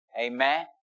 Amen